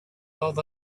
thought